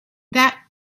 that